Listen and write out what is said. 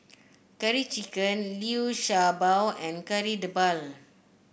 Curry Chicken Liu Sha Bao and Kari Debal